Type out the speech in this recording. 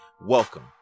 Welcome